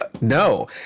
no